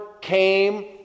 came